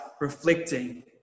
reflecting